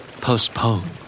Postpone